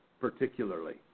particularly